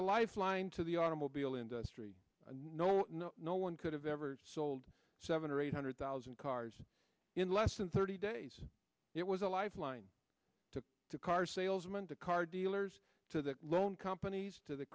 lifeline to the automobile industry no no one could have ever sold seven or eight hundred thousand cars in less than thirty days it was a lifeline to to car salesman to car dealers to the loan companies to the